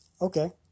okay